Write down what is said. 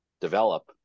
develop